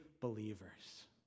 believers